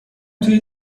توی